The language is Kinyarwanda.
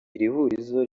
ihurizo